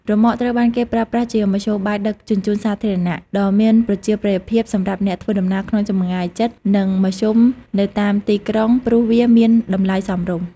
រ៉ឺម៉កត្រូវបានគេប្រើប្រាស់ជាមធ្យោបាយដឹកជញ្ជូនសាធារណៈដ៏មានប្រជាប្រិយភាពសម្រាប់អ្នកធ្វើដំណើរក្នុងចម្ងាយជិតនិងមធ្យមនៅតាមទីក្រុងព្រោះវាមានតម្លៃសមរម្យ។